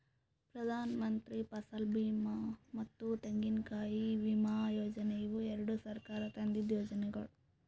ಪ್ರಧಾನಮಂತ್ರಿ ಫಸಲ್ ಬೀಮಾ ಮತ್ತ ತೆಂಗಿನಕಾಯಿ ವಿಮಾ ಯೋಜನೆ ಇವು ಎರಡು ಸರ್ಕಾರ ತಂದಿದ್ದು ಯೋಜನೆಗೊಳ್